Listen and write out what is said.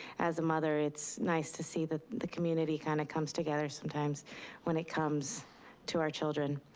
as a mother, it's nice to see that the community kinda comes together sometimes when it comes to our children.